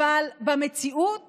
אבל במציאות